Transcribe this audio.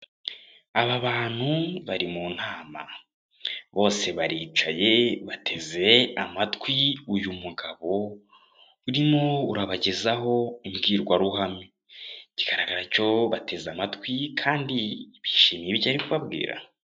Aba bantu bari mu nama bose baricaye bateze amatwi uyu mugabo urimo urabagezaho imbwirwaruhame kigaragara cyo bateze amatwi kandi bishimiye ibyo kubabwira.